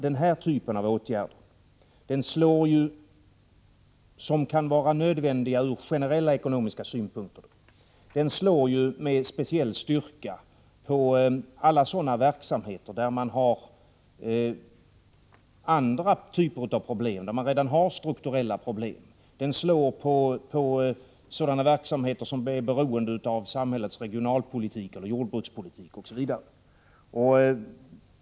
Den här typen av åtgärder — som kan vara nödvändiga ur generella ekonomiska synvinklar — slår med speciell styrka på alla sådana verksamheter där det finns andra typer av problem, där man redan har strukturella problem. Den slår på sådana verksamheter som är beroende av samhällets regionalpolitik, jordbrukspolitik osv.